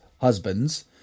husbands